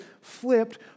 flipped